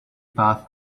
path